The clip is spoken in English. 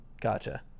Gotcha